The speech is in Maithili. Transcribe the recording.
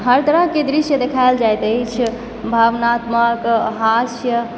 हर तरहकेँ दृश्य देखाओल जाइत अछि भावनात्मक हास्य